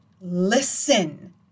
listen